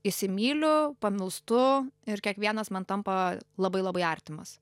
įsimyliu pamilstu ir kiekvienas man tampa labai labai artimas